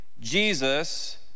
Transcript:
Jesus